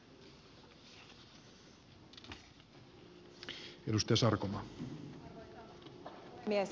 arvoisa puhemies